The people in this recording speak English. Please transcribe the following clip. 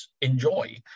enjoy